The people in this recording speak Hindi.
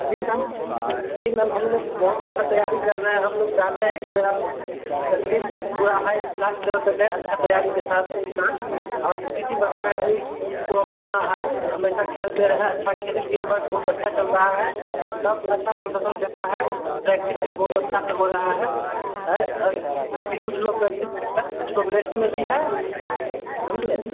जी मैम जी मैम हम लोग बहुत अच्छा तैयारी कर रहें हम लोग चाहते हैं कि ब टीम पूरा हाई क्लास लेवेल तक जाए अच्छी तैयारी के साथ हाँ और किसी प्रकार की कोई कुछ प्रॉब्लम ना आए हमेशा खेलते रहें अच्छा खेलें टीम बर्क बहुत अच्छा चल रहा है सब अच्छा प्रदर्शन कर रहे हैं प्रैक्टिस भी बहुत अच्छा से हो रही है है अभी कुछ लोग प्रैक्टिस कुछ लोग रेस्ट में भी हैं समझे